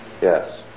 Yes